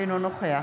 אינו נוכח